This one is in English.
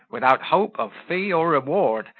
without hope of fee or reward,